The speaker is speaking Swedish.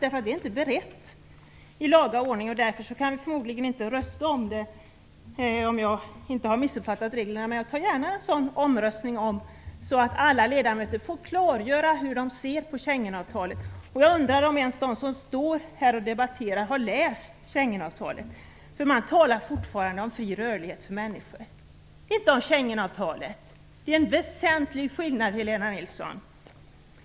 Frågan är inte beredd i laga ordning, och därför kan vi förmodligen inte rösta om den, om jag inte har missuppfattat reglerna. Men jag tar gärna en sådan omröstning, så att alla ledamöter får klargöra hur de ser på Schengenavtalet. Jag undrar om de som deltar här i debatten ens har läst Schengenavtalet, för man talar fortfarande om fri rörlighet för människor. Detta innebär inte Schengenavtalet. Det är en väsentlig skillnad, Helena Nilsson.